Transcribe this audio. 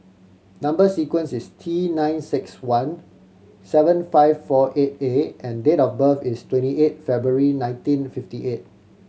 number sequence is T nine six one seven five four eight A and date of birth is twenty eight February nineteen fifty eight